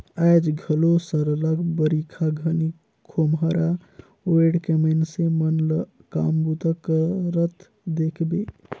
आएज घलो सरलग बरिखा घनी खोम्हरा ओएढ़ के मइनसे मन ल काम बूता करत देखबे